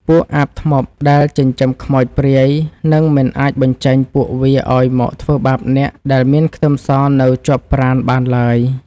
ពួកអាបធ្មប់ដែលចិញ្ចឹមខ្មោចព្រាយនឹងមិនអាចបញ្ជាពួកវាឱ្យមកធ្វើបាបអ្នកដែលមានខ្ទឹមសនៅជាប់ប្រាណបានឡើយ។